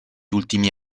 ultimi